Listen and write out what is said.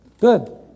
good